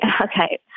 Okay